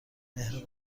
مهر